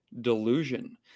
delusion